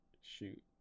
Shoot